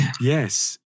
Yes